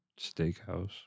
Steakhouse